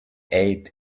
ate